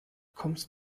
kommst